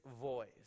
voice